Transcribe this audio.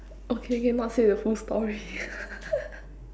okay okay not say the full story